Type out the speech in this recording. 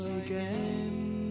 again